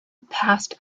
passed